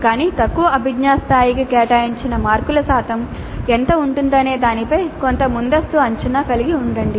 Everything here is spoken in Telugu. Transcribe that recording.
కానీ తక్కువ అభిజ్ఞా స్థాయికి కేటాయించిన మార్కుల శాతం ఎంత ఉంటుందనే దానిపై కొంత ముందస్తు ఆలోచన కలిగి ఉండండి